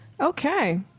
Okay